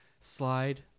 Slide